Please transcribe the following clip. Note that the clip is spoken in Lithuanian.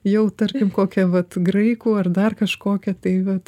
jau tarkim kokią vat graikų ar dar kažkokią tai vat